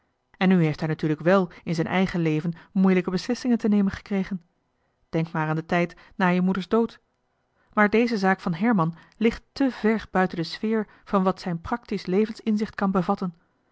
en nu heeft hij natuurlijk in zijn eigen leven moeilijke beslissingen te nemen gekregen denk maar eens aan de tijd na je moeders dood maar deze zaak van herman ligt te veel buiten de sfeer van wat zijn praktisch levensinzicht bevatten